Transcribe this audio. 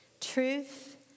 Truth